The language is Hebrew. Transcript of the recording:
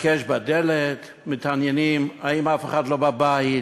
"הקש בדלת" מתעניינים אם אף אחד לא בבית,